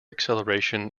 acceleration